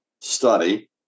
study